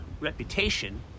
reputation